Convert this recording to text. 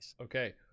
Okay